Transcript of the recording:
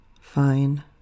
fine